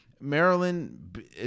Maryland